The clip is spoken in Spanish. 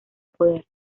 poder